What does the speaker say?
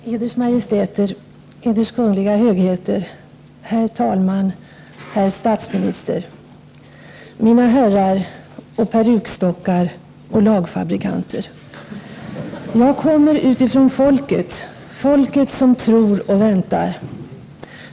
Eders Majestäter, Eders Kungliga Högheter, herr talman, herr statsminister! ”Mina herrar och perukstockar och lagfabrikanter! — Jag kommer utifrån folket — folket som tror och väntar.